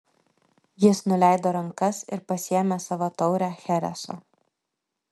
jis nuleido rankas ir pasiėmė savo taurę chereso